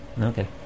okay